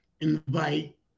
invite